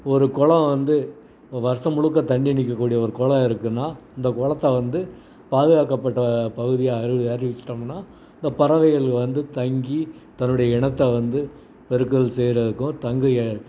ஒரு கொளம் வந்து வருடம் முழுக்க தண்ணி நிற்கக்கூடிய ஒரு கொளம் இருக்குன்னால் அந்த கொளத்தை வந்து பாதுகாக்கப்பட்ட பகுதியாக அறி அறிவிச்சிட்டோம்னா இந்த பறவைகள் வந்து தங்கி தன்னுடைய இனத்த வந்து பெருக்கல் செய்கிறதுக்கும் தங்கிய